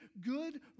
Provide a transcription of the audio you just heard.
good